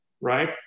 right